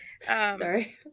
sorry